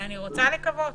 ואני רוצה לקוות